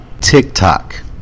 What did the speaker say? TikTok